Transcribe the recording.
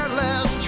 less